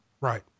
right